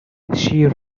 she